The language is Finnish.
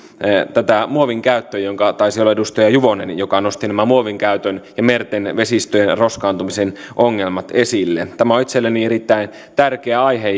muovin käytön taisi olla edustaja juvonen joka nosti muovin käytön ja merten vesistöjen roskaantumisen ongelmat esille tämä on itselleni erittäin tärkeä aihe